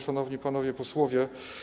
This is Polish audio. Szanowni Panowie Posłowie!